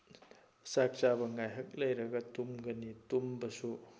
ꯆꯥꯛ ꯆꯥꯕ ꯉꯥꯏꯍꯥꯛ ꯂꯩꯔꯒ ꯇꯨꯝꯒꯅꯤ ꯇꯨꯝꯕꯁꯨ